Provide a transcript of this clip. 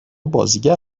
بازیگر